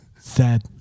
Sad